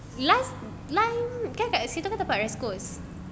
last line kan situ kan tempat west coast